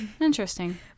Interesting